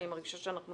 אני חושבת שאנחנו